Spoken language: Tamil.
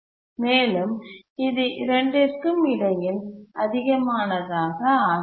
மேலும் இது இரண்டிற்கும் இடையில் அதிகமானதாக ஆகிறது